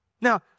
Now